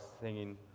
singing